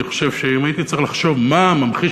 אני חושב שאם הייתי צריך לחשוב מה ממחיש